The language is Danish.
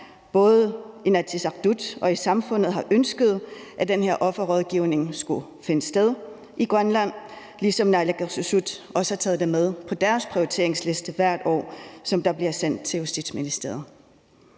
Både i Inatsisartut og i samfundet har man ønsket, at den her offerrådgivning skulle finde sted i Grønland, ligesom naalakkersuisut også har taget det med på deres prioriteringsliste, som hvert år bliver sendt til Justitsministeriet.